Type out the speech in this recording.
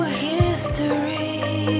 history